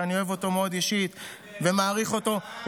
שאני אוהב אותו מאוד אישית ומעריך אותו,